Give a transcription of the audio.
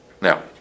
now